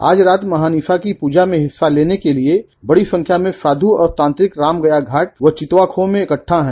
आज रात महानिसा की पूजा मे हिस्सा लेने के लिये बड़ी संख्या में साधु और तान्त्रिक रामगया घाट व चीत्वा खोह मे इकठ्ठा हैं